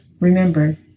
remember